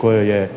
kojoj